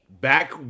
back